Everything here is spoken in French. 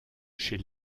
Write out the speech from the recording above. chez